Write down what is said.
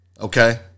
okay